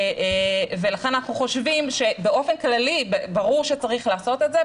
ולכן אנחנו חושבים שבאופן כללי ברור שצריך לעשות את זה,